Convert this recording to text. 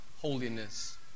holiness